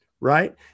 right